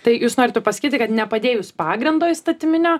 tai jūs norite pasakyti kad nepadėjus pagrindo įstatyminio